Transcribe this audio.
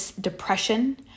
depression